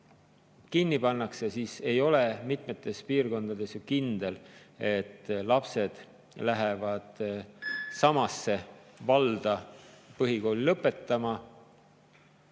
kinni pannakse, siis ei ole mitme piirkonna puhul kindel, et lapsed lähevad samasse valda põhikooli lõpetama